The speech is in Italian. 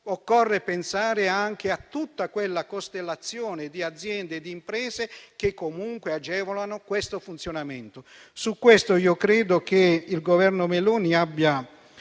occorre pensare anche a tutta quella costellazione di aziende e di imprese che comunque agevolano questo funzionamento. Su questo credo che il Governo Meloni abbia